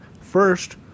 First